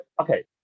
okay